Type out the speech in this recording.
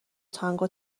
تانگو